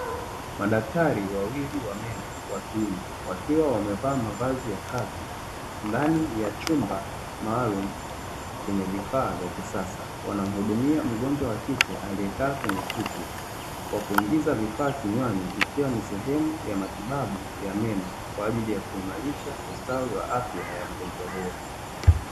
Madaktari wawili wa meno wa kiume, wakiwa wamevaa mavazi ya kazi ndani ya chumba maalumu chenye vifaa vya kisasa, wanamuhdumia mgonjwa wa kike aliyekaa kwenye kiti kwa kuingiza vifaa kinywani ikiwa ni sehemu ya matibabu ya meno kwa ajili ya kuimalisha ustawi wa afya wa mgonjwa huyo.